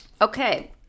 Okay